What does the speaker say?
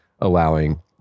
allowing